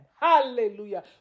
Hallelujah